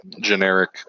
generic